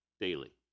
daily